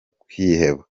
kwiheba